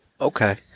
Okay